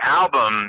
album